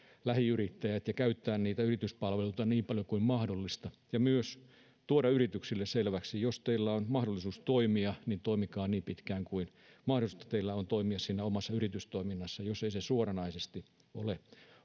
lähiyrittäjät ja käyttää niitä yrityspalveluita niin paljon kuin mahdollista ja myös tuoda yrityksille selväksi että jos teillä on mahdollisuus toimia niin toimikaa niin pitkään kuin teidän on mahdollista toimia siinä omassa yritystoiminnassa jos ei se suoranaisesti ole